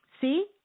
See